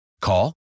Call